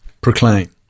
proclaim